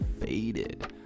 faded